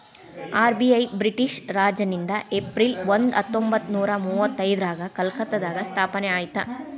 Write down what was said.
RBI British ರಾಜನಿಂದ April ಒಂದ ಹತ್ತೊಂಬತ್ತನೂರ ಮುವತ್ತೈದ್ರಾಗ ಕಲ್ಕತ್ತಾದಾಗ ಸ್ಥಾಪನೆ ಆಯ್ತ್